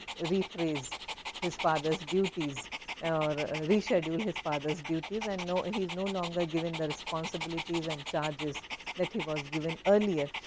rephrase his father's duties or reschedule his father's duties and ah he is no longer given the responsibilities and charges that he was given earlier.